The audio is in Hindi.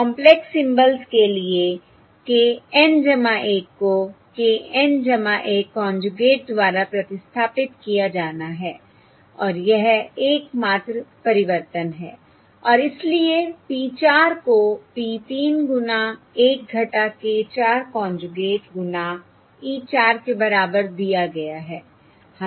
कॉंपलेक्स सिम्बल्स के लिए k N 1 को k N 1 कोंजूगेट द्वारा प्रतिस्थापित किया जाना है और यह एकमात्र परिवर्तन है और इसलिए p 4 को P 3 गुना 1 k 4 कोंजूगेट गुना e 4 के बराबर दिया गया है